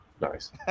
Nice